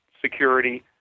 security